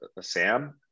SAM